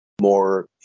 more